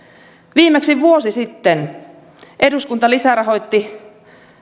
viimeksi vuosi sitten eduskunta lisärahoitti